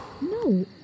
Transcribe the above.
No